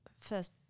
first